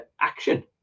action